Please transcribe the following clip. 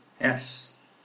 yes